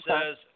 says